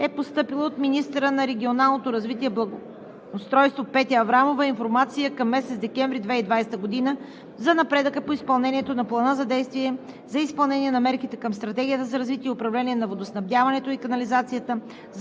представители, от министъра на регионалното развитие и благоустройството Петя Аврамова е постъпила информация към месец декември 2020 г. за напредъка по изпълнението на Плана за действие за изпълнение на мерките към Стратегията за развитие и управление на водоснабдяването и канализацията